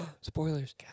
Spoilers